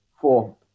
Four